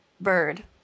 bird